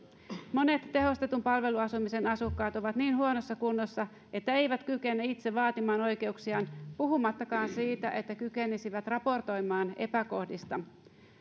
monet tehostetun palveluasumisen asukkaat ovat niin huonossa kunnossa että eivät kykene itse vaatimaan oikeuksiaan puhumattakaan siitä että kykenisivät raportoimaan epäkohdista